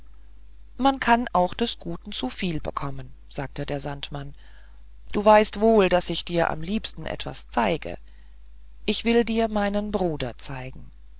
man kann auch des guten zu viel bekommen sagte der sandmann du weißt wohl daß ich dir am liebsten etwas zeige ich will dir meinen bruder zeigen